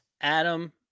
Adam